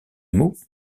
mot